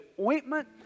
ointment